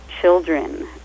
children